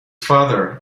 father